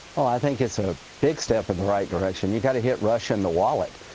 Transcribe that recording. ah i think it's a big step in the right direction. you've got to hit russia in the wallet.